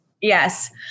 Yes